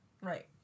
right